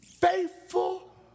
faithful